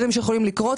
זה משהו אחר.